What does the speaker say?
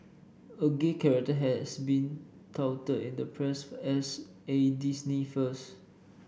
a gay character has been touted in the press as a Disney first